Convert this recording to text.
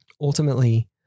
Ultimately